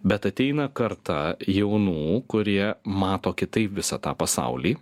bet ateina karta jaunų kurie mato kitaip visą tą pasaulį